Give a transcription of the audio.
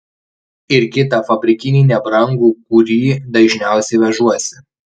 ir kitą fabrikinį nebrangų kurį dažniausiai vežuosi